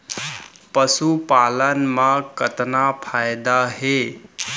पशुपालन मा कतना फायदा हे?